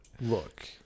Look